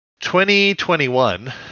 2021